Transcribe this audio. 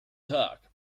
tag